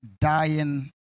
dying